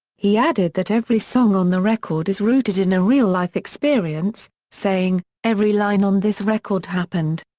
he added that every song on the record is rooted in a real life experience, saying every line on this record happened.